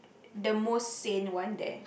the most sane one that